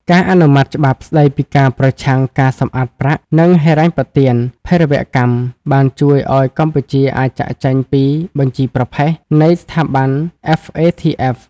ការអនុម័តច្បាប់ស្ដីពីការប្រឆាំងការសម្អាតប្រាក់ និងហិរញ្ញប្បទានភេរវកម្ម បានជួយឱ្យកម្ពុជាអាចចាកចេញពី "បញ្ជីប្រផេះ" នៃស្ថាប័ន FATF។